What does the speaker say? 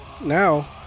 now